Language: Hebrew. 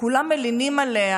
שכולם מלינים עליה,